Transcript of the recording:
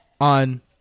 on